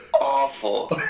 awful